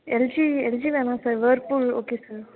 LG LG வேணாம் sir Whirlpool okay sir